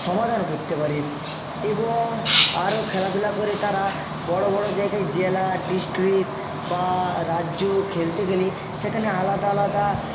সমাধান করতে পারে এবং আরও খেলাধুলা করে তারা বড়ো বড়ো জায়গায় জেলা ডিসট্রিক্ট বা রাজ্য খেলতে গেলে সেখানে আলাদা আলাদা